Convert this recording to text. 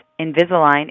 Invisalign